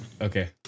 Okay